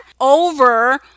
over